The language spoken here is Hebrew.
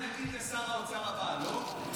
מה, נגיד לשר האוצר הבא לא?